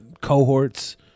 cohorts